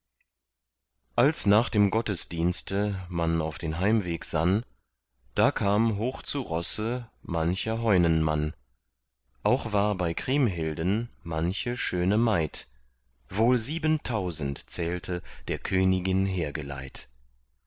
als nach dem gottesdienste man auf den heimweg sann da kam hoch zu rosse mancher heunenmann auch war bei kriemhilden manche schöne maid wohl siebentausend zählte der königin